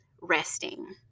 resting